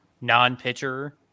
non-pitcher